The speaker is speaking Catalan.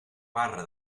barra